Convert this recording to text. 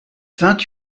vingt